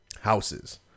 houses